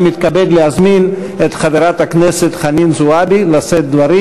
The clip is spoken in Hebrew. אני מתכבד להזמין את חברת הכנסת חנין זועבי לשאת דברים.